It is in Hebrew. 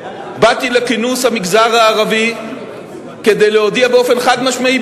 באתי לכינוס המגזר הערבי כדי להודיע באופן חד-משמעי,